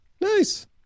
Nice